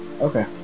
Okay